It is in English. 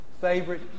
favorite